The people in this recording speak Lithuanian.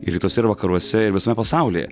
rytuose ir vakaruose ir visame pasaulyje